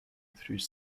through